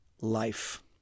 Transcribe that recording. life